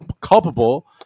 culpable